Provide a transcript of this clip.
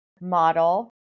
model